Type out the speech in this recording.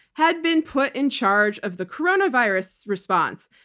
had been put in charge of the coronavirus response.